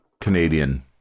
Canadian